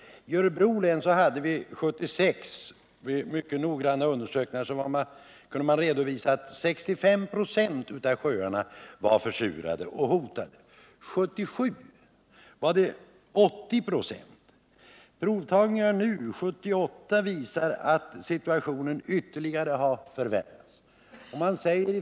I Örebro län kunde man 1976 vid mycket noggranna undersökningar redovisa att 65 26 av sjöarna var försurade eller hotade. År 1977 var det 80 96. Provtagningar nu 1978 visar att situationen ytterligare har förvärrats.